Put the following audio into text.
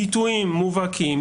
ביטויים מובהקים,